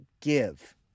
give